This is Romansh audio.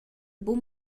buca